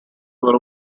were